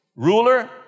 Ruler